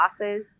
losses